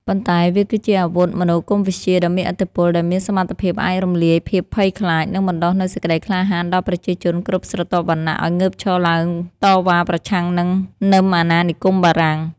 ប៉ុន្តែវាគឺជាអាវុធមនោគមវិជ្ជាដ៏មានឥទ្ធិពល ដែលមានសមត្ថភាពអាចរំលាយភាពភ័យខ្លាច និងបណ្តុះនូវសេចក្តីក្លាហានដល់ប្រជាជនគ្រប់ស្រទាប់វណ្ណៈឱ្យងើបឈរឡើងតវ៉ាប្រឆាំងនឹងនឹមអាណានិគមបារាំង។